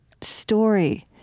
story—